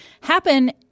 happen